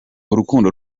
urukundo